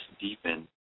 deepen